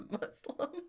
Muslim